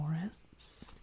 forests